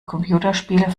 computerspiele